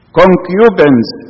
concubines